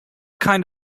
kind